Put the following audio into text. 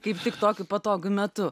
kaip tik tokiu patogiu metu